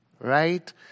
right